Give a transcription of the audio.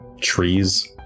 trees